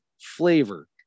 flavor